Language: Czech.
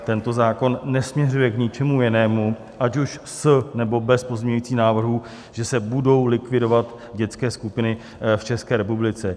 Tento zákon nesměřuje k ničemu jinému, ať už s nebo bez pozměňovacích návrhů, že se budou likvidovat dětské skupiny v České republice.